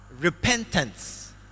repentance